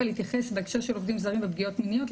להתייחס בהקשר של עובדים זרים ופגיעות מיניות,